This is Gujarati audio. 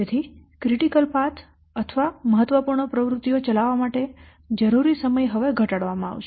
તેથી ક્રિટિકલ પાથ અથવા મહત્વપૂર્ણ પ્રવૃત્તિઓ ચલાવવા માટે જરૂરી સમય હવે ઘટાડવામાં આવશે